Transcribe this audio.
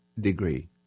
degree